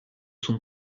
sont